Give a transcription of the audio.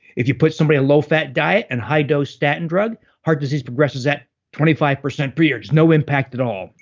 if you put somebody a low-fat diet, and high-dose statin drug, heart disease progresses at twenty five percent per year, there's no impact at all.